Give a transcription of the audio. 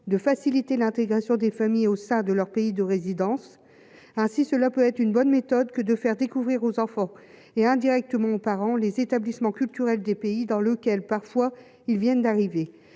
de faciliter l'intégration des familles au sein de leur pays de résidence ainsi, cela peut être une bonne méthode, que de faire découvrir aux enfants et indirectement par an, les établissements culturels des pays dans lequel parfois ils viennent d'arriver